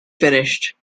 finished